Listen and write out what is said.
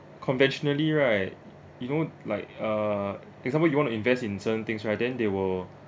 conventionally right you know like uh example you wanna invest in certain things right then they will